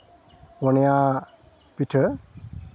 ᱯᱩᱱᱤᱭᱟ ᱯᱤᱴᱷᱟᱹ